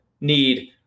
need